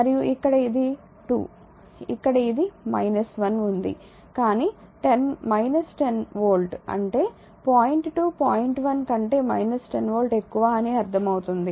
మరియు ఇక్కడ ఇది 2 ఇక్కడ ఇది 1 ఉంది కానీ 10 వోల్ట్ అంటే పాయింట్ 2 పాయింట్ 1 కంటే 10 వోల్ట్ ఎక్కువ అని అర్థం అవుతుంది